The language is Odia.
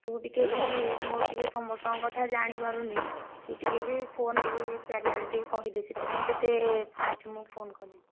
ତୁ ଟିକିଏ ବି ମୁଁ ଟିକିଏ ସମସ୍ତଙ୍କ କଥା ଜାଣି ପାରୁନି ତୁ ଟିକିଏ ବି ଫୋନ୍ ଟିକିଏ ଚାରିଆଡ଼େ ଟିକିଏ କହିଦେ ସେଥିପାଇଁ ତତେ ଫାଷ୍ଟ୍ ମୁଁ ଫୋନ୍ କଲି